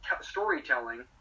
storytelling